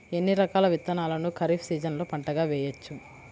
ఎన్ని రకాల విత్తనాలను ఖరీఫ్ సీజన్లో పంటగా వేయచ్చు?